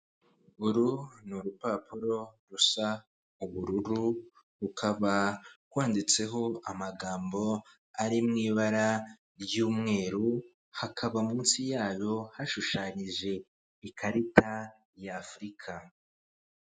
Uru ni urupapuro rusa ubururu, rukaba rwanditseho amagambo ari mu ibara ry'umweru, hakaba munsi yayo hashushanyije ikarita ya Afurika.